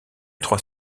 trois